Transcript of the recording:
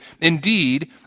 Indeed